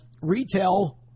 Retail